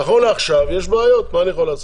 נכון לעכשיו יש בעיות, מה אני יכול לעשות?